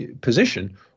position